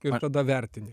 ir tada vertinti